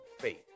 faith